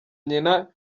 nyina